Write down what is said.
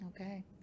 okay